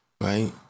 right